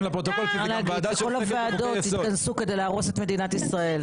כל הוועדות התכנסו כדי להרוס את מדינת ישראל.